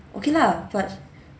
okay lah but